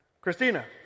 Christina